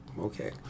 Okay